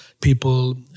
people